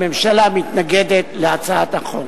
הממשלה מתנגדת להצעת החוק.